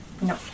no